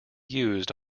used